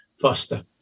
Foster